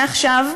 מעכשיו,